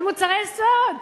על מוצרי יסוד.